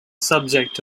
subject